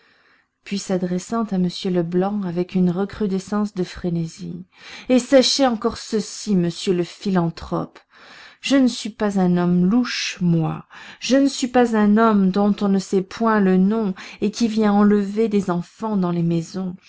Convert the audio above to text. puis s'adressant à m leblanc avec une recrudescence de frénésie et sachez encore ceci monsieur le philanthrope je ne suis pas un homme louche moi je ne suis pas un homme dont on ne sait point le nom et qui vient enlever des enfants dans les maisons